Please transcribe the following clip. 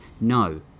No